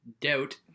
doubt